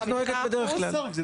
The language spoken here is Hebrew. כמו שאת נוהגת בדרך כלל.